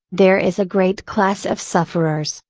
there is a great class of sufferers,